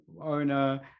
owner